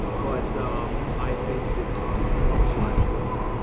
but i think that trump will actually